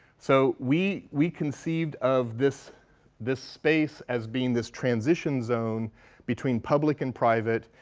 so we we conceived of this this space as being this transition zone between public and private,